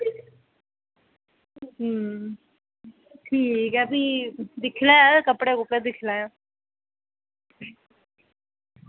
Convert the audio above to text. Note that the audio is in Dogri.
ठीक ठीक ऐ भी दिक्खी लैयो यरो कपड़े दिक्खी लैयो